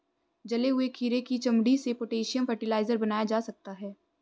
जले हुए खीरे की चमड़ी से पोटेशियम फ़र्टिलाइज़र बनाया जा सकता है